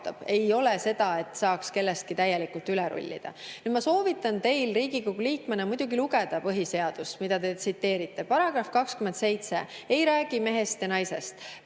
Ei ole seda, et saaks kellestki täielikult üle rullida. Ma soovitan, et teie kui Riigikogu liige muidugi loeksite põhiseadust, mida te tsiteerite. Paragrahv 27 ei räägi mehest ja naisest.